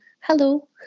hello